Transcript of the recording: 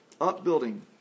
upbuilding